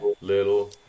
little